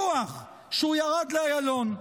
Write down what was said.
דוח שהוא ירד לאיילון.